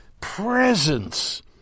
presence